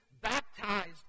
baptized